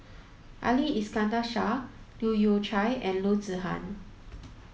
Ali Iskandar Shah Leu Yew Chye and Loo Zihan